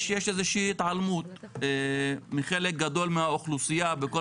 יש איזושהי התעלמות מחלק גדול מהאוכלוסייה בכל